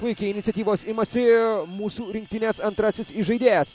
puikiai iniciatyvos imasi mūsų rinktinės antrasis įžaidėjas